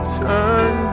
turn